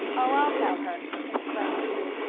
i'll tell her! exclaimed sue.